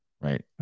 Right